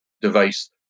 device